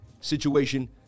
situation